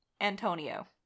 Antonio